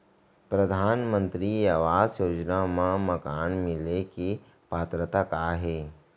परधानमंतरी आवास योजना मा मकान मिले के पात्रता का हे?